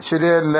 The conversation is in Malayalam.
ശരിയല്ലേ